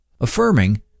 affirming